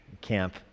camp